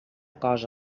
cosa